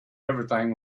everything